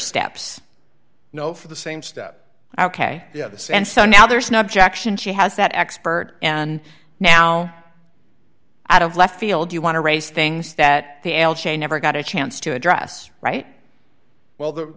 steps no for the same stuff ok you have this and so now there's no objection she has that expert and now out of left field you want to raise things that never got a chance to address right well th